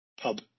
pub